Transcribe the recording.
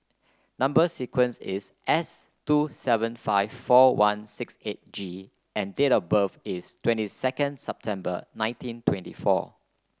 number sequence is S two seven five four one six eight G and date of birth is twenty second September nineteen twenty four